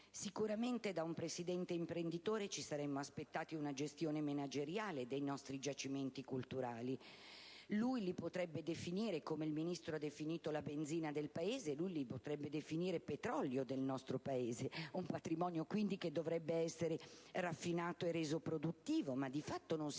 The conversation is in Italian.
pubblici. Da un Presidente imprenditore ci saremmo aspettati una gestione manageriale dei nostri giacimenti culturali, che lui potrebbe definire - se il ministro Galan li ha definiti la benzina del Paese - il petrolio del nostro Paese, un patrimonio quindi che dovrebbe essere raffinato e reso produttivo, ma di fatto non si fa nulla